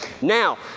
now